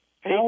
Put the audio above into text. Hey